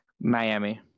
Miami